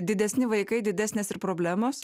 didesni vaikai didesnės ir problemos